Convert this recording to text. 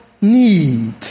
need